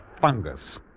fungus